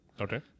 Okay